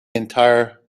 entire